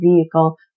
vehicle